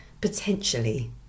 potentially